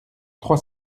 trois